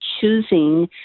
choosing